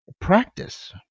practice